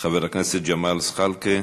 חבר הכנסת ג'מאל זחאלקה,